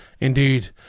Indeed